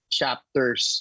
chapters